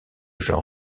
jean